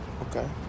okay